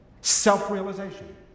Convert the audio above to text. self-realization